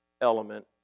element